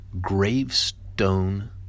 gravestone